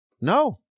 No